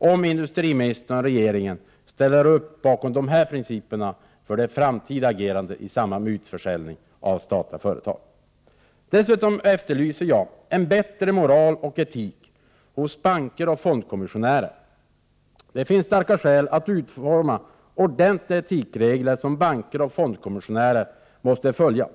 Är industriministern och regeringen beredda att ställa upp bakom dessa principer för det framtida agerandet i samband med utförsäljning av statliga företag? Dessutom efterlyser jag bättre moral och etik hos banker och fondkommissionärer. Det finns starka skäl att utforma ordentliga etikregler som banker och fondkommissionärer måste följa.